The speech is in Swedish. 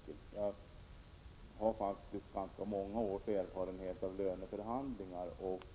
Mot bakgrund av att jag faktiskt har ganska många års erfarenhet av löneförhandlingar